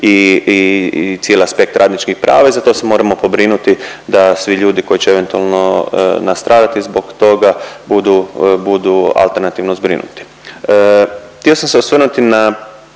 i cijeli aspekt radničkih prava i za to se moramo pobrinuti da svi ljudi koji će eventualno nastradati zbog toga budu alternativno zbrinuti. Htio sam se osvrnuti na